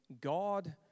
God